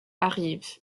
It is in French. arrive